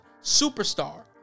superstar